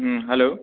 হুম hello